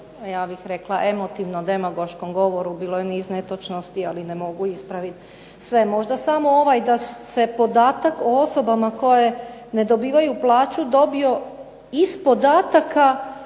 ja bih rekla emotivno demagoškom govoru, bilo je niz netočnosti, ali ne mogu ispraviti sve. Možda samo ovaj, da se podatak o osobama koje ne dobivaju plaću dobio iz podataka